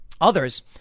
Others